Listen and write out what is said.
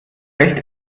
recht